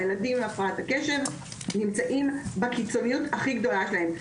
הילדים עם הפרעת הקשב נמצאים בקיצוניות הכי גדולה שלהם,